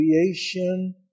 creation